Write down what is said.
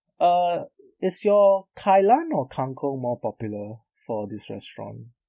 uh is your kailan or kang kong more popular for this restaurant